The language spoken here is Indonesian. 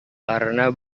karena